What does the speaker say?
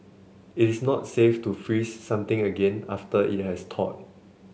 it is not safe to freeze something again after it has thawed